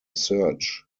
search